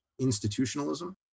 institutionalism